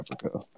Africa